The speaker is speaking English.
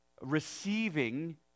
receiving